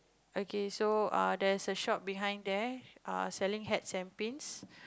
okay so there's a shop behind there selling hats and pins